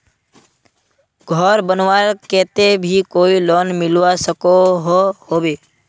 घोर बनवार केते भी कोई लोन मिलवा सकोहो होबे?